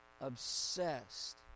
obsessed